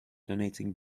donating